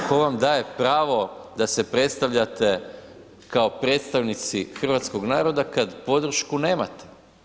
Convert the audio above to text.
Tko vam daje pravo da se predstavljate kao predstavnici hrvatskog naroda kad podršku nemate?